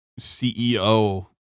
CEO